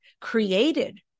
created